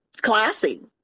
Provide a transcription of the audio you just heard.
classy